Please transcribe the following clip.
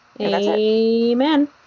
Amen